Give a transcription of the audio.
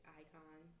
icon